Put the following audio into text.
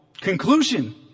conclusion